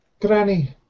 Granny